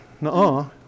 No